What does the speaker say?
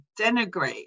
denigrate